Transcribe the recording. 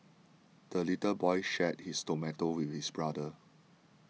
the little boy shared his tomato with his brother